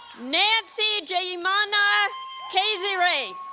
nancy nzeyimana cyizere